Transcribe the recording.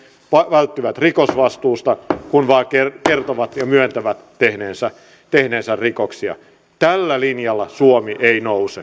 välttyvät rikosvastuusta kun vain kertovat ja myöntävät tehneensä tehneensä rikoksia tällä linjalla suomi ei nouse